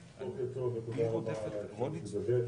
רבה.